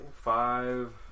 Five